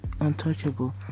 untouchable